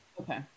Okay